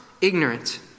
ignorant